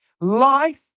Life